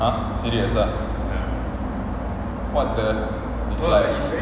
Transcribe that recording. !huh! serious ah what the is like